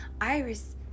Iris